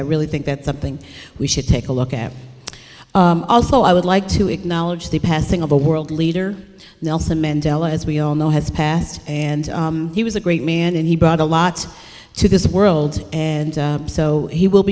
really think that something we should take a look at also i would like to acknowledge the passing of a world leader nelson mandela as we all know has passed and he was a great man and he brought a lot to this world and he will